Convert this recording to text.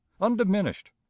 undiminished